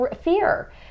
fear